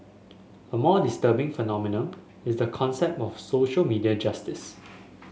a more disturbing phenomenon is the concept of social media justice